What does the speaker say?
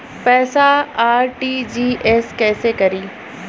पैसा आर.टी.जी.एस कैसे करी?